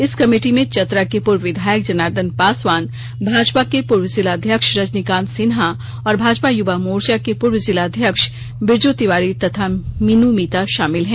इस कमेटी में चतरा के पूर्व विधायक जनार्दन पासवान भाजपा के पूर्व जिलाध्यक्ष रजनीकांत सिन्हा और भाजपा युवा मोर्चा के पूर्व जिलाध्यक्ष बिरजू तिवारी तथा मीनू मीता शामिल हैं